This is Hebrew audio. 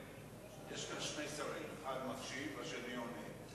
יש כאן שני שרים: אחד מקשיב והשני עונה.